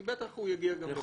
כי בטח הוא יגיע גם לבג"ץ.